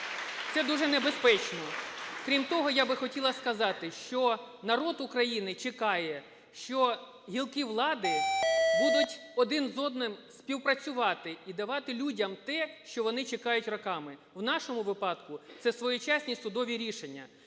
Це дуже небезпечно. Крім того, я би хотіла сказати, що народ України чекає, що гілки влади будуть один з одним співпрацювати і давати людям те, що вони чекають роками, в нашому випадку це своєчасні судові рішення.